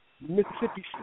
Mississippi